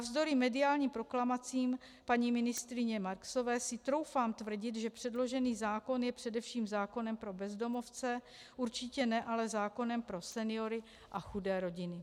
Navzdory mediálním proklamacím paní ministryně Marksové si troufám tvrdit, že předložený zákon je především zákonem pro bezdomovce, určitě ne ale zákonem pro seniory a chudé rodiny.